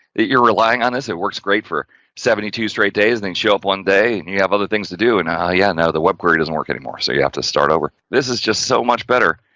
you're relying on this, it works great for seventy two straight days, then show up one day and you have other things to do and ah yeah, no other web query doesn't work anymore so you have to start over, this is just so much better,